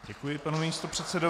Děkuji panu místopředsedovi.